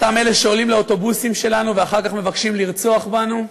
אותם אלה שעולים לאוטובוסים שלנו ואחר כך מבקשים לרצוח בנו,